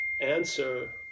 answer